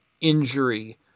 injury